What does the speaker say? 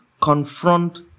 confront